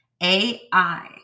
AI